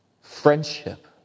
friendship